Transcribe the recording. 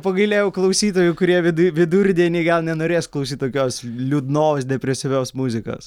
pagailėjau klausytojų kurie viduj vidurdienį gal nenorės klausyt tokios liūdnos depresyvios muzikos